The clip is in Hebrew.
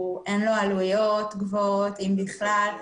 אין לו עלויות גבוהות אם בכלל.